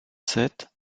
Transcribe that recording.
sept